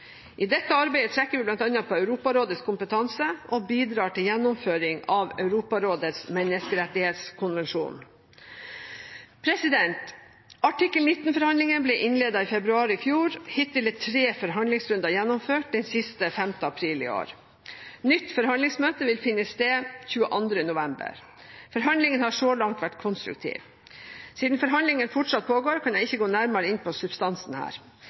I dette arbeidet trekker vi bl.a. på Europarådets kompetanse og bidrar til gjennomføring av Europarådets menneskerettighetskonvensjoner. Artikkel 19-forhandlingene ble innledet i februar i fjor. Hittil er tre forhandlingsrunder gjennomført, den siste 5. april i år. Nytt forhandlingsmøte vil finne sted 22. november. Forhandlingene har så langt vært konstruktive. Siden forhandlingene fortsatt pågår, kan jeg ikke gå nærmere inn på substansen her.